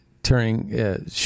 turning